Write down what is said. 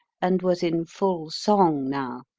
and was in full song now.